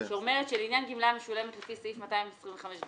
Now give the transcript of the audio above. שאומרת שלעניין גמלה המשולמת לפי סעיף 225(ג),